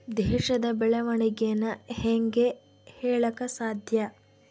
ದೇಶದ ಬೆಳೆವಣಿಗೆನ ಹೇಂಗೆ ಹೇಳಕ ಸಾಧ್ಯ?